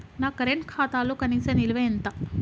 నా కరెంట్ ఖాతాలో కనీస నిల్వ ఎంత?